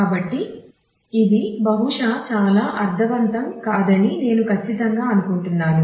కాబట్టి ఇది బహుశా చాలా అర్ధవంతం కాదని నేను ఖచ్చితంగా అనుకుంటున్నాను